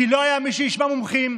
כי לא היה מי שישמע מומחים,